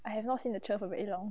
I have not seen the cher for very long